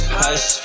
hush